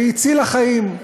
והיא הצילה חיים.